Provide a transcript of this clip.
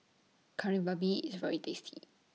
Kari Babi IS very tasty